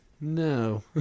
No